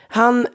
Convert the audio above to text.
han